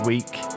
week